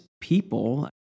people